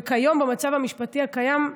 וכיום, במצב המשפטי הקיים,